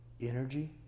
energy